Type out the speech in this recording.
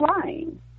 flying